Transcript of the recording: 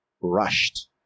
rushed